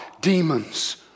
Demons